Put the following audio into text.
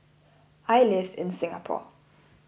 I live in Singapore